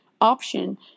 option